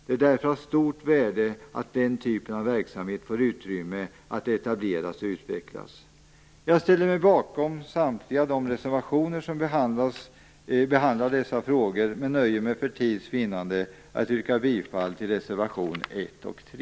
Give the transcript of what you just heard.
Det är därför av stort värde att den typen av verksamhet får utrymme att etableras och utvecklas. Jag ställer mig bakom samtliga reservationer som behandlar dessa frågor men nöjer mig för tids vinnande att yrka bifall till reservationerna 1 och 3.